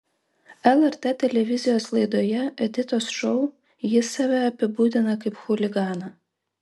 lrt televizijos laidoje editos šou jis save apibūdina kaip chuliganą